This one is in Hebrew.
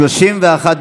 תתביישו.